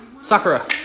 Sakura